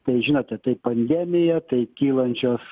tai žinote tai pandemija tai kylančios